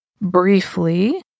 Briefly